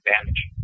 advantage